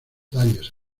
daños